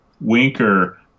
Winker